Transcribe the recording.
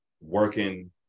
working